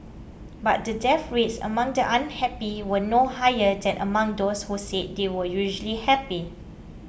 but the death rates among the unhappy were no higher than among those who said they were usually happy